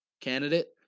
candidate